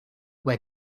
where